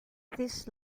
this